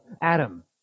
adam